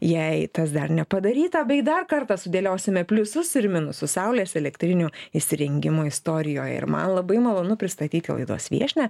jei tas dar nepadaryta bei dar kartą sudėliosime pliusus ir minusus saulės elektrinių įsirengimų istorijoj ir man labai malonu pristatyti laidos viešnią